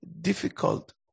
difficult